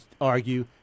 argue